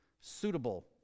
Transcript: suitable